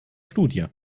studie